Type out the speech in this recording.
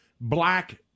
black